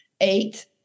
eight